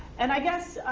and i guess